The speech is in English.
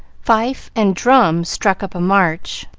fife and drum struck up a march,